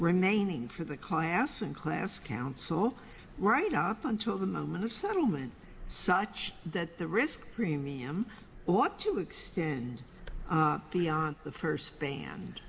remaining for the class and class council right up until the moment of settlement such that the risk premium ought to extend beyond the first